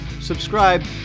subscribe